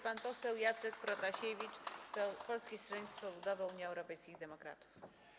Pan poseł Jacek Protasiewicz, Polskie Stronnictwo Ludowe - Unia Europejskich Demokratów.